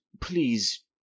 please